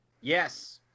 Yes